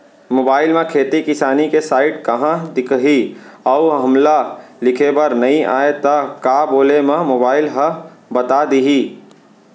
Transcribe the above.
Mobile म खेती किसानी के साइट कहाँ दिखही अऊ हमला लिखेबर नई आय त का बोले म मोबाइल ह बता दिही?